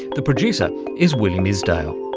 the producer is william isdale.